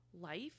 life